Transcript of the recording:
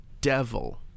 devil